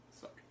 Sorry